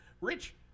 Rich